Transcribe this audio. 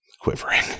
Quivering